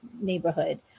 neighborhood